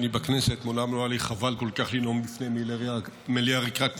לא היה לי חבל כל כך לנאום לפני מליאה ריקה,